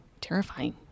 terrifying